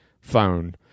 phone